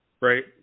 Right